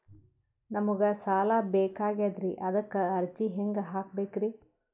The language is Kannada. ನಮಗ ಸಾಲ ಬೇಕಾಗ್ಯದ್ರಿ ಅದಕ್ಕ ಅರ್ಜಿ ಹೆಂಗ ಹಾಕಬೇಕ್ರಿ?